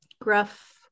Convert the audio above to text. gruff